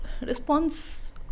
Response